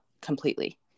completely